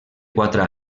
quatre